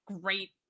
great